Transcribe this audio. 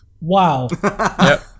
Wow